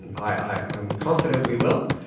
and i'm confident we will,